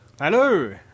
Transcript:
Hello